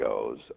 goes